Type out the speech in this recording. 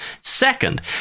Second